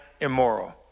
immoral